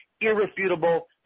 irrefutable